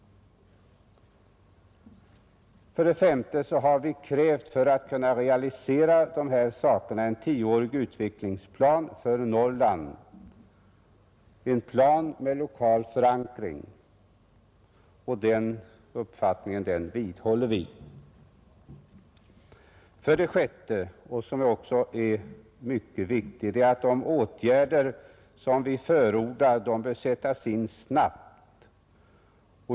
S. För att kunna realisera dessa förslag har vi krävt en tioårig utvecklingsplan för Norrland, en plan med lokal förankring — och det kravet vidhåller vi. 6. Mycket viktigt är också att de åtgärder som vi förordar sätts in snabbt.